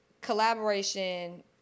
collaboration